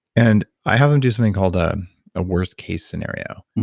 and i have them do something called ah a worst case scenario,